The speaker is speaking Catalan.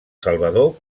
salvador